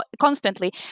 constantly